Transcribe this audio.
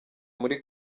muri